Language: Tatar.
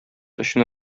өчен